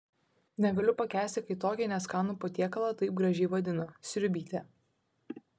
negaliu pakęsti kai tokį neskanų patiekalą taip gražiai vadina sriubytė